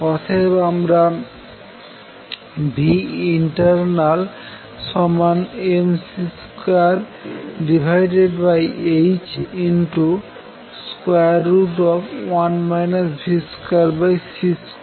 অতএব internalসমান mc2h1 v2c2